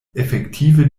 efektive